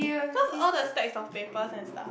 cause all the stacks of papers and stuff